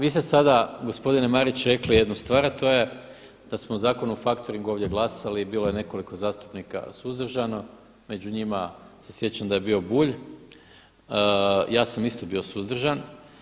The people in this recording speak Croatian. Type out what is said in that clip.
Vi ste sada gospodine Marić rekli jednu stvar a to je da smo Zakon o faktoringu ovdje glasali i bilo je nekoliko zastupnika suzdržano, među njima se sjećam da je bio Bulj, ja sam isto bio suzdržan.